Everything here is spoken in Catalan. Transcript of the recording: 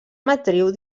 matriu